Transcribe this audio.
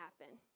happen